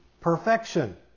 perfection